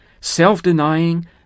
self-denying